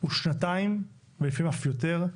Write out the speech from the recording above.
הוא שנתיים ולפעמים אף יותר,